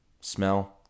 smell